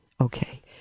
Okay